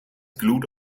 glued